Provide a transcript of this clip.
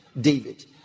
David